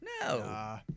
No